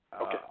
Okay